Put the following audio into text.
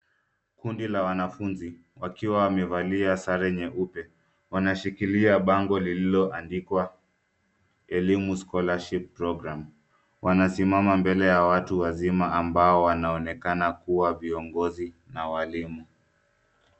Kundi la wanafunzi wakiwa wamevalia sare nyeupe wanashikilia bango lililoandikwa Elimu Scholarship Programme, wanasimama mbele ya watu wazima ambao wanaonekana kua viongozi na walimu.